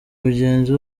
mugenzi